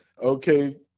okay